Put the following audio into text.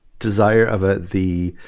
desire of ah the